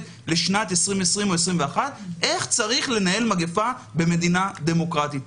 לשנת 2020 או 2021 איך צריך לנהל מגיפה במדינה דמוקרטית.